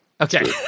Okay